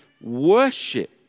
worship